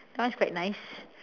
the one's quite nice